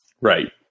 Right